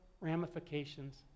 ramifications